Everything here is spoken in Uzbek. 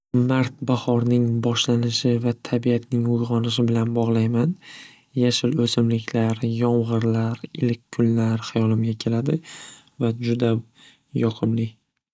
Mart bahorning boshlanishi va tabiatning uyg'onishi bilan bog'layman yashil o'simliklar yomg'irlar iliq kunlar hayolimga keladi va juda yoqimli.